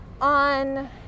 on